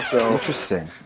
Interesting